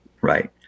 right